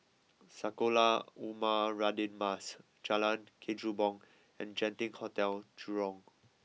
Sekolah Ugama Radin Mas Jalan Kechubong and Genting Hotel Jurong